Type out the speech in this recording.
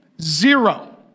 Zero